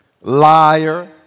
liar